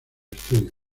estudio